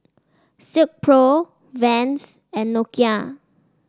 Silkpro Vans and Nokia